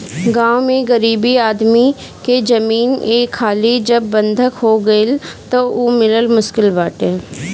गांव में गरीब आदमी के जमीन एक हाली जब बंधक हो गईल तअ उ मिलल मुश्किल बाटे